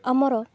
ଆମର